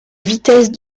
vitesses